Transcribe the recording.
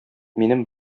минем